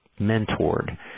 mentored